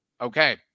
Okay